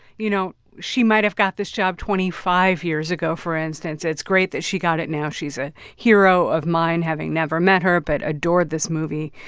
you know, she might have got this job twenty five years ago, for instance. it's great that she got it now. she's a hero of mine, having never met her but adore this movie.